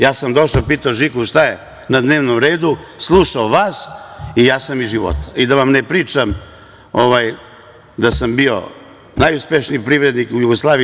Ja sam došao, pitao Žiku šta je na dnevnom redu, slušao vas i ja sam iz života i da vam ne pričam da sam bio najuspešniji privrednik u Jugoslaviji.